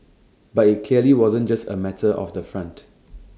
but IT clearly wasn't just A matter of the font